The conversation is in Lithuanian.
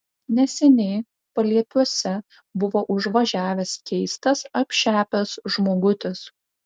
neseniai paliepiuose buvo užvažiavęs keistas apšepęs žmogutis